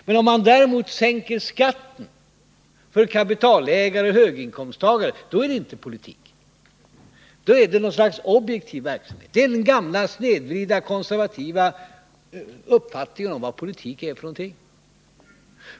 Men om man däremot sänker skatten för kapitalägare och höginkomsttagare, då är det inte politik. Då är det något slags objektiv verksamhet. Det är den gamla snedvridna konservativa uppfattningen om vad politik är för något.